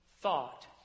thought